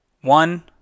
One